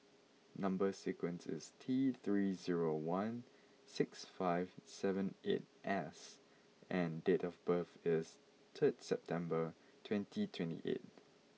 number sequence is T three zero one six five seven eight S and date of birth is third September twenty twenty eight